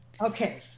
Okay